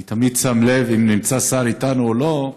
אני תמיד שם לב אם נמצא איתנו שר או לא.